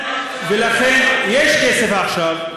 יש כסף עכשיו,